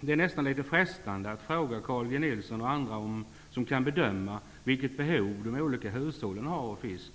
Det är nästan frestande att fråga Carl G Nilsson och andra om de kan bedöma vilket behov de olika hushållen har av fisk.